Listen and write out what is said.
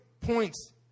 points